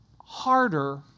harder